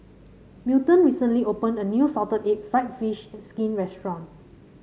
Milton recently opened a new Salted Egg fried fish and skin restaurant